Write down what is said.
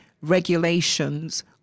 regulations